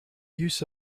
use